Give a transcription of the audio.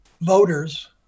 voters